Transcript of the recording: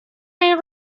این